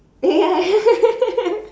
ya